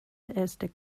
este